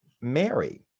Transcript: Mary